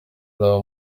n’abo